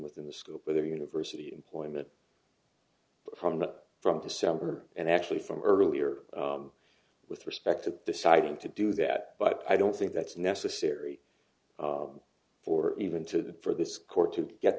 within the scope of their university employment from the from december and actually from earlier with respect to deciding to do that but i don't think that's necessary for even to for this court to get